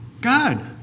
God